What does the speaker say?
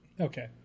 Okay